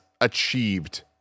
achieved